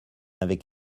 avec